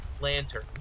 lantern